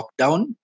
lockdown